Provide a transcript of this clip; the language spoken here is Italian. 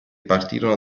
partivano